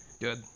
Good